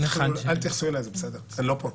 ואל תתייחסו אליי, זה בסדר, אני לא פה.